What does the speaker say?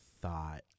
thought